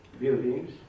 buildings